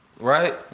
right